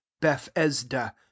bethesda